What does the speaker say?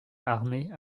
armée